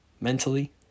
mentally